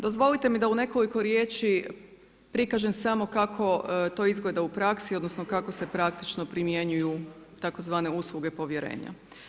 Dozvolite mi da u nekoliko riječi prikažem samo kako to izgleda u praksi, odnosno kako se praktično primjenjuju tzv. usluge povjerenja.